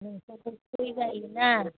गय जायो ना